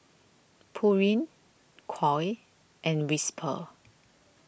Pureen Koi and Whisper